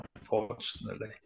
unfortunately